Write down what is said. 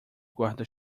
guarda